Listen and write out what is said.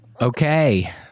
Okay